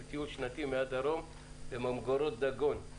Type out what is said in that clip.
בטיול שנתי בממגורות דגון.